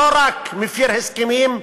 לא רק מפר הסכמים,